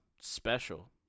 special